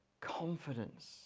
confidence